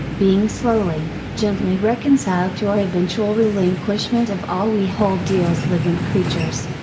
being slowly, gently reconciled to our eventual relinquishment of all we hold dear as living creatures.